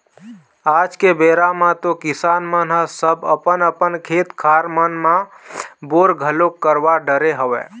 आज के बेरा म तो किसान मन ह सब अपन अपन खेत खार मन म बोर घलोक करवा डरे हवय